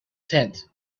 tent